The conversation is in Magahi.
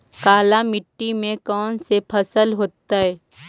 काला मिट्टी में कौन से फसल होतै?